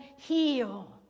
heal